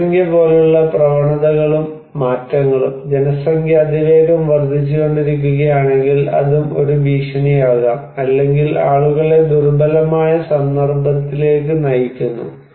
ജനസംഖ്യ പോലുള്ള പ്രവണതകളും മാറ്റങ്ങളും ജനസംഖ്യ അതിവേഗം വർദ്ധിച്ചുകൊണ്ടിരിക്കുകയാണെങ്കിൽ അതും ഒരു ഭീഷണിയാകാം അല്ലെങ്കിൽ ആളുകളെ ദുർബലമായ സന്ദർഭത്തിലേക്ക് നയിക്കുന്നു